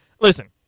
listen